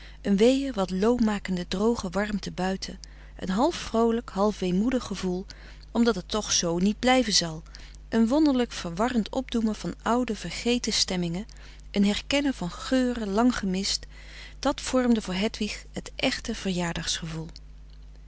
een weeë wat loom makende droge warmte buiten een half vroolijk half weemoedig gevoel omdat het toch zoo niet blijven zal een wonderlijk verwarrend opdoemen van oude vergeten stemmingen een herkennen van geuren lang gemist dat vormde voor hedwig het echte